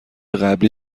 قبلی